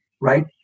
right